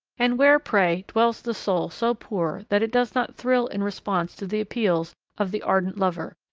and where, pray, dwells the soul so poor that it does not thrill in response to the appeals of the ardent lover,